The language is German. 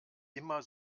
immer